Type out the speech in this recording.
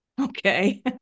Okay